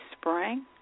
spring